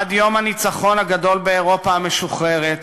עד יום הניצחון הגדול באירופה המשוחררת